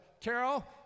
Carol